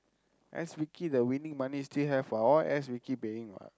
S Vicky the winning money still have what all S Vicky paying what